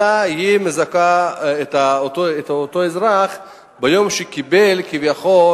אלא היא מזכה את האזרח ביום שקיבל כביכול